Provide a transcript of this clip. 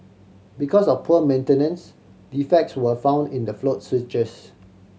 because of poor maintenance defects were found in the float switches